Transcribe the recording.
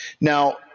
Now